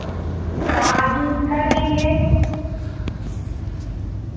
हाँ जी कर देंगे